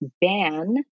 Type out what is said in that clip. ban